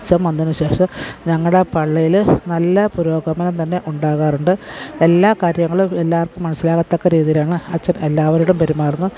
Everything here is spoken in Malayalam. അച്ചൻ വന്നതിനുശേഷം ഞങ്ങളുടെ പള്ളിയില് നല്ല പുരോഗമനം തന്നെ ഉണ്ടാകാറുണ്ട് എല്ലാ കാര്യങ്ങളും എല്ലാവർക്കും മനസ്സിലാകത്തക്ക രീതിയിലാണ് അച്ചൻ എല്ലാവരോടും പെരുമാറുന്നത്